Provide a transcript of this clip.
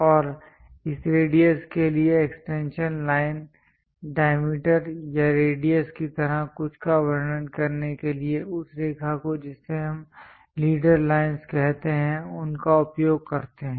और इस रेडियस के लिए एक्सटेंशन लाइन डायमीटर या रेडियस की तरह कुछ का वर्णन करने के लिए उस रेखा को जिसे हम लीडर लाइनस् कहते हैं उनका उपयोग करते हैं